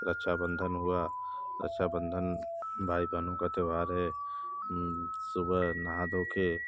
रक्षाबंधन हुआ रक्षाबंधन भाई बहनों का त्याौहार है सुबह नहा धो के